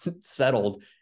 settled